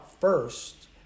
first